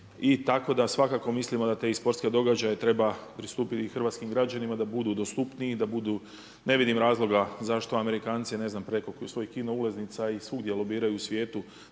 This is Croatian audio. I tako da svakako mislimo na da te i sportske događaje treba pristupiti i hrvatskim građana da budu dostupniji, da budu, ne vidim razloga zašto Amerikanci ne znam preko svojih kino ulaznica i svugdje lobiraju u svijetu